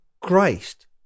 Christ